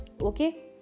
okay